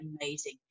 amazing